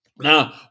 Now